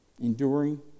Enduring